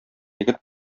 егет